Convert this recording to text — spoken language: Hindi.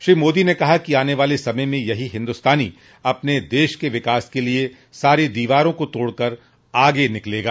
श्री मोदी ने कहा कि आने वाले समय में यही हिन्दुस्तानी अपने देश के विकास के लिए सारी दीवारों को तोड़कर आगे निकलेगा